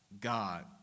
God